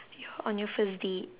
on your first date